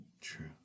true